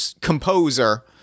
composer